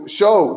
show